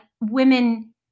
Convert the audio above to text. women